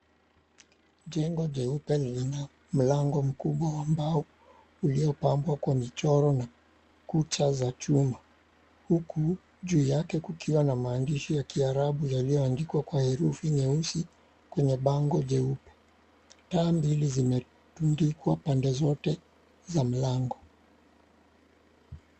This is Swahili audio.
Jengo jeupe lina mlango mkubwa wa mbao uliyopambwa kwa michoro na kuta za chuma huku juu yake kukiwa na maandishi ya kiarabu yaliyoandikwa kwa herufi nyeusi kwenye bango jeupe. Taa mbili zimetundikwa pande zote za mlango.